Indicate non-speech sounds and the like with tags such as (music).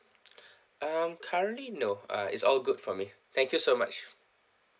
(breath) um currently no ah it's all good for me thank you so much